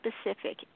specific